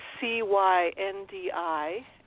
C-Y-N-D-I